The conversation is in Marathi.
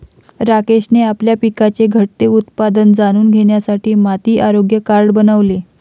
राकेशने आपल्या पिकाचे घटते उत्पादन जाणून घेण्यासाठी माती आरोग्य कार्ड बनवले